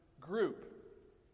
group